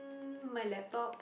my laptop